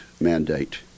mandate